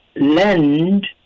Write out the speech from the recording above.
lend